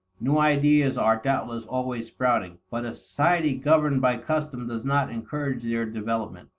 new ideas are doubtless always sprouting, but a society governed by custom does not encourage their development.